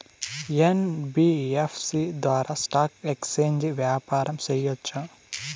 NBFC ద్వారా stock exchange వ్యాపారం సేయొచ్చా?